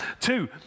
Two